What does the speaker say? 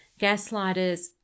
Gaslighters